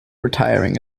retiring